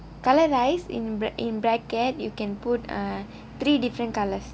colour rice in brack in bracket you can put uh three different colours